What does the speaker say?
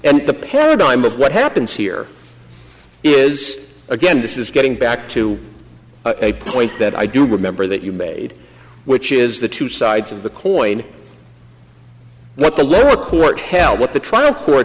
and the paradigm of what happens here it is again this is getting back to a point that i do remember that you made which is the two sides of the coin what the lower court held what the trial